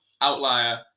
outlier